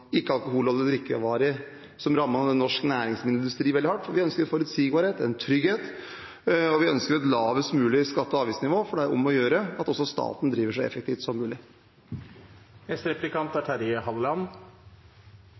drikkevarer, som rammet norsk næringsmiddelindustri veldig hardt. Vi ønsker forutsigbarhet, trygghet og et lavest mulig skatte- og avgiftsnivå, for det er om å gjøre at også staten driver så effektivt som mulig.